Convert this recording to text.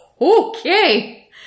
okay